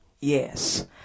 Yes